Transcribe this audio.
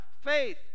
faith